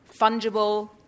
fungible